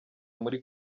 muri